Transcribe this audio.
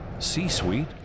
c-suite